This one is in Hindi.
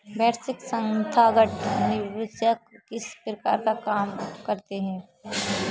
वैश्विक संथागत निवेशक किस प्रकार काम करते हैं?